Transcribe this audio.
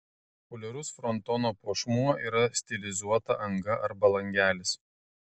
populiarus frontono puošmuo yra stilizuota anga arba langelis